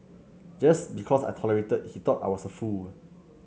just because I tolerated he thought I was a fool